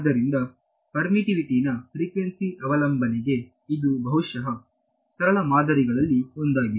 ಆದ್ದರಿಂದ ಪರ್ಮಿತ್ತಿವಿಟಿ ನ ಫ್ರಿಕ್ವೆನ್ಸಿ ಅವಲಂಬನೆಗೆ ಇದು ಬಹುಶಃ ಸರಳ ಮಾದರಿಗಳಲ್ಲಿ ಒಂದಾಗಿದೆ